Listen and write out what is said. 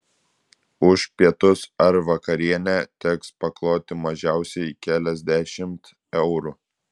už pietus ar vakarienę teks pakloti mažiausiai keliasdešimt eurų